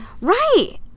Right